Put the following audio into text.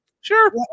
Sure